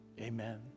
Amen